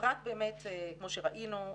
פרט באמת כמו שראינו,